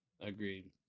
Agreed